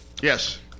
Yes